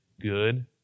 good